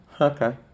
okay